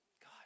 God